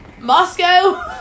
Moscow